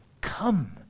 Come